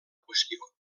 qüestió